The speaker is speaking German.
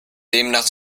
demnach